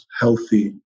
healthy